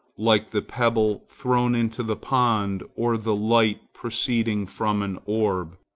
like the pebble thrown into the pond, or the light proceeding from an orb.